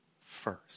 first